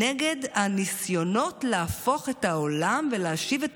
נגד הניסיונות להפוך את העולם ולהשיב את